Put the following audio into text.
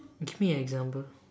give me an example